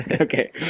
Okay